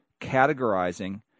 categorizing